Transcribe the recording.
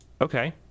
Okay